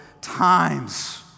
times